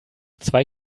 zwei